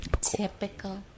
Typical